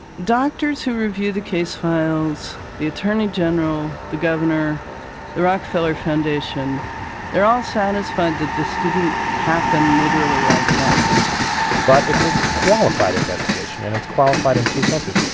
doctors who review the case files, the attorney general, the governor the rockefeller foundation they're all satisfied that this didn't happen literally like that but it's a qualified investigation, and it's qualified in two senses.